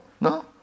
No